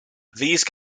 these